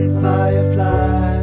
firefly